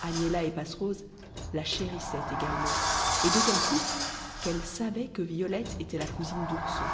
agnella et passerose la chérissaient également et d'autant plus qu'elles savaient que violette était la cousine d'ourson